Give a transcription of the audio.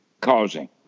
causing